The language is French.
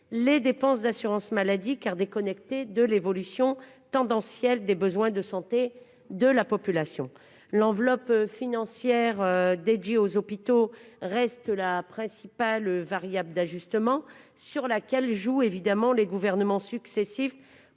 nous savons imparfait, car il est déconnecté de l'évolution tendancielle des besoins de santé de la population. L'enveloppe financière destinée aux hôpitaux reste la principale variable d'ajustement sur laquelle les gouvernements successifs